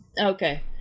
Okay